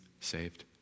saved